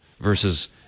versus